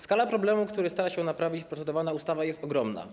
Skala problemu, który stara się naprawić procedowana ustawa, jest ogromna.